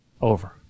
over